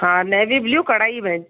हा navy blue कड़ाई में